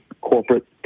corporate